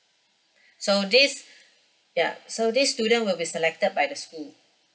so this ya so this student will be selected by the school